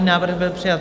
Návrh byl přijat.